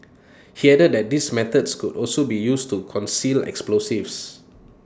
he added that these methods could also be used to conceal explosives